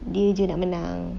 dia jer nak menang